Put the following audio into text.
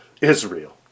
Israel